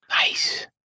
Nice